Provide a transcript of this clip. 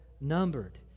numbered